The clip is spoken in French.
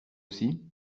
aussi